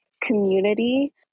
community